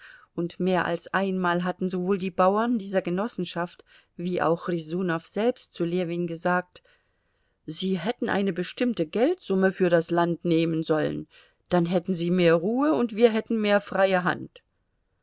und mehr als einmal hatten sowohl die bauern dieser genossenschaft wie auch rjesunow selbst zu ljewin gesagt sie hätten eine bestimmte geldsumme für das land nehmen sollen dann hätten sie mehr ruhe und wir hätten mehr freie hand